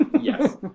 Yes